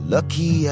Lucky